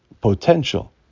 potential